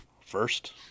first